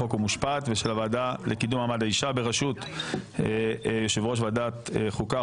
חוק ומשפט ושל הוועדה לקידום מעמד האישה בראשות יושב ראש ועדת חוקה,